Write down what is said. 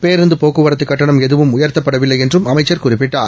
பேருந்து போக்குவரத்துக் கட்டணம் எதுவும் உயர்த்தப்படவில்லை என்றும் அமைச்சர் குறிப்பிட்டார்